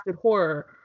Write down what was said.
horror